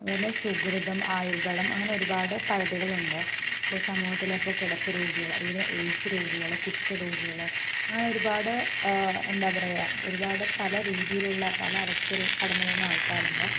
അതുപോലെ സുകൃതം ആയുർദളം അങ്ങനെ ഒരുപാട് പദ്ധതികൾ ഉണ്ട് ഇപ്പോൾ സമൂഹത്തിലെ ഇപ്പം കിടപ്പ് രോഗികള് അതുപോലെതന്നെ എയ്ഡ്സ് രോഗികൾ കുഷ്ഠരോഗികൾ അങ്ങനെ ഒരുപാട് എന്താ പറയുക ഒരുപാട് പല രീതിയിലുള്ള പല അവസ്ഥയിൽ കടന്നു പോകുന്ന ആൾക്കാരുണ്ട്